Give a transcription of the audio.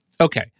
Okay